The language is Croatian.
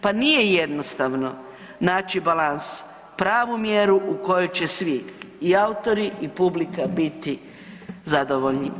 Pa nije jednostavno naći balans, pravu mjeru u kojoj će svi i autori i publika biti zadovoljni.